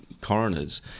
coroners